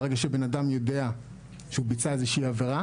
ברגע שבן אדם יודע שהוא ביצע איזושהי עבירה